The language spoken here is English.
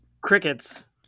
Crickets